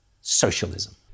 socialism